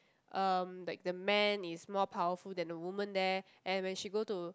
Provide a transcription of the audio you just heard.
um like the men is more powerful than the womzn there and when she go to